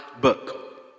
book